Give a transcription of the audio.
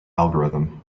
algorithm